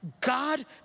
God